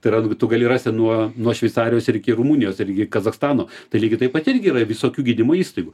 tai yra tu gali rasti nuo nuo šveicarijos ir iki rumunijos ir iki kazachstano tai lygiai taip pat irgi yra visokių gydymo įstaigų